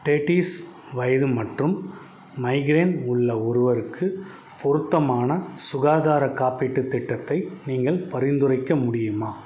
தேட்டிஸ் வயது மற்றும் மைக்ரைன் உள்ள ஒருவருக்கு பொருத்தமான சுகாதாரக் காப்பீட்டுத் திட்டத்தை நீங்கள் பரிந்துரைக்க முடியுமா